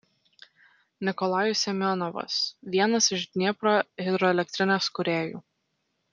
nikolajus semionovas vienas iš dniepro hidroelektrinės kūrėjų